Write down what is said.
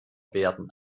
werden